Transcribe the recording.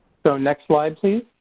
so next slide, please.